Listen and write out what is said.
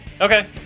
Okay